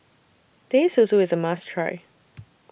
Teh Susu IS A must Try